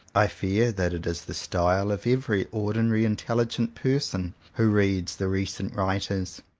i fear that it is the style of every ordinarily intelligent person who reads the recent writers.